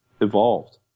evolved